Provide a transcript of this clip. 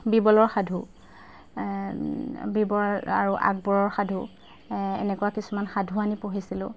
বিৰবলৰ সাধু বিবৰ আৰু আকবৰ সাধু এনেকুৱা কিছুমান সাধু আনি পঢ়িছিলোঁ